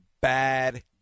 bad